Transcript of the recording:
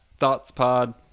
thoughtspod